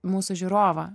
mūsų žiūrovą